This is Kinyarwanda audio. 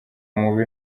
mubi